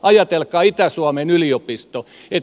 ajatelkaa itä suomen yliopisto